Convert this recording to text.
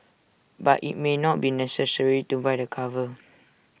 but IT may not be necessary to buy the cover